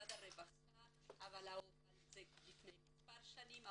משרד הרווחה לפני כמה שנים.